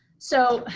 so,